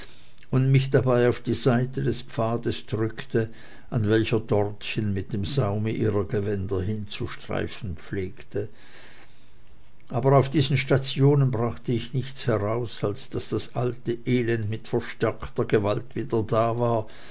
und mich dabei auf die seite des pfades drückte an welcher dortchen mit dem saume ihrer gewänder hinzustreifen pflegte aber auf diesen stationen brachte ich nichts heraus als daß das alte elend mit verstärkter gewalt wieder da war